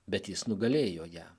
bet jis nugalėjo ją